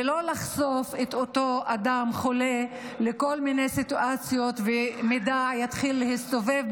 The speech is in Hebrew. ולא לחשוף את אותו אדם חולה לכל מיני סיטואציות ושמידע יתחיל להסתובב,